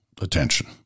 attention